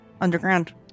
underground